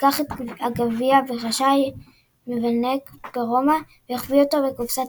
לקח את הגביע בחשאי מבנק ברומא והחביא אותו בקופסת